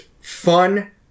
fun